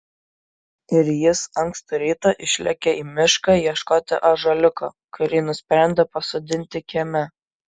ir jis ankstų rytą išlėkė į mišką ieškoti ąžuoliuko kurį nusprendė pasodinti kieme